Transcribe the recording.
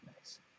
Nice